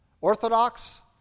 Orthodox